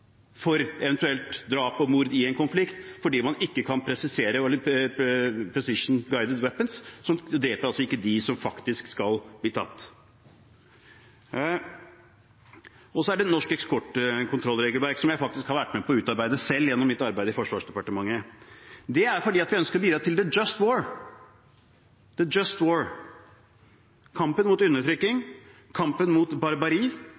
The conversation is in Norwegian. for eventuelt drap og mord i en konflikt, fordi man ikke har «precision guided weapons» – de dreper ikke dem som faktisk skal bli tatt. Og så er det norsk eksportkontrollregelverk, som jeg faktisk har vært med på å utarbeide selv gjennom mitt arbeid i Forsvarsdepartementet. Det er fordi vi ønsker å bidra til «the just war» – kampen mot undertrykking, kampen mot barbari